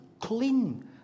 clean